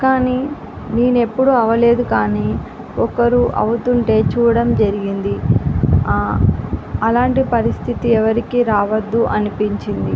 కానీ నేను ఎప్పుడు అవలేదు కానీ ఒకరు అవుతుంటే చూడ్డం జరిగింది అలాంటి పరిస్థితి ఎవరికి రావద్దు అనిపించింది